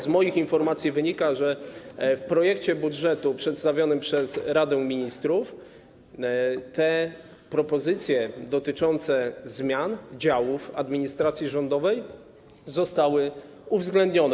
Z moich informacji wynika, że w projekcie budżetu przedstawionym przez Radę Ministrów propozycje dotyczące zmian działów administracji rządowej zostały uwzględnione.